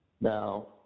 Now